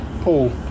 Paul